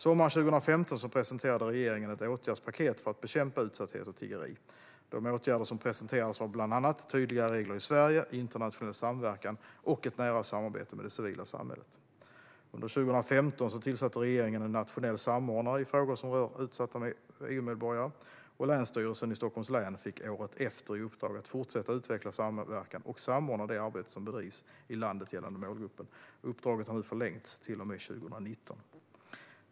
Sommaren 2015 presenterade regeringen ett åtgärdspaket för att bekämpa utsatthet och tiggeri. De åtgärder som presenterades var bland annat tydligare regler i Sverige, internationell samverkan och ett nära samarbete med det civila samhället. Under 2015 tillsatte regeringen en nationell samordnare i frågor som rör utsatta EU-medborgare. Länsstyrelsen i Stockholms län fick året efter i uppdrag att fortsätta utveckla samverkan och samordna det arbete som bedrivs i landet gällande målgruppen. Uppdraget har nu förlängts till och med 2019.